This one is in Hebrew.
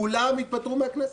כולם התפטרו מהכנסת,